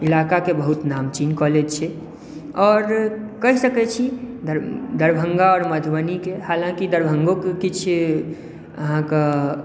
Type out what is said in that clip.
इलाकाक बहुत नामचीन कॉलेज छै आओर कहि सकै छी दरभङ्गा आओर मधुबनीके हलाँकि दरभङ्गोके किछु अहाँके